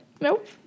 nope